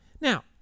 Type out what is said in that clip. Now